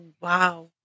wow